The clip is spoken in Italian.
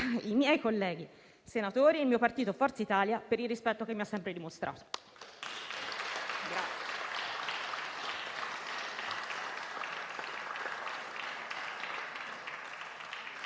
i miei colleghi senatori e il mio partito Forza Italia per il rispetto che mi ha sempre dimostrato.